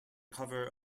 cover